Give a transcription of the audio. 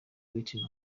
whitney